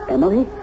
Emily